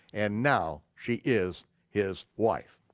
and now she is his wife.